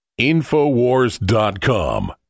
InfoWars.com